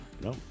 no